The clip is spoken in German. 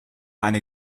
eine